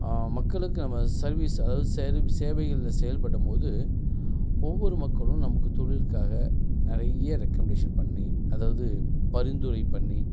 மக்களுக்கு நம்ம சர்வீஸ்ஸு அதாவது சர்வீஸ் அதாவது சேவைகளில் செயல்படம் போது ஒவ்வொரு மக்களும் நம்மளுக்கு தொழிலுக்காக நிறைய ரெக்கமெண்டேஷன் பண்ணி அதாவது பரிந்துரை பண்ணி